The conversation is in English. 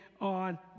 on